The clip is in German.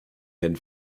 herrn